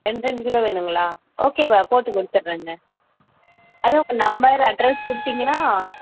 ரெண்டு ரெண்டு கிலோ வேணுங்களா ஓகே போட்டுக் கொடுத்துர்றேங்க அதுவும் நம்பர் அட்ரஸ் கொடுத்தீங்கனா